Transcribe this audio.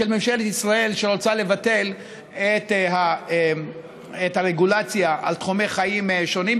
של ממשלת ישראל שרוצה לבטל את הרגולציה על תחומי חיים שונים.